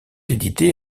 édité